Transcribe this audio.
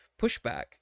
pushback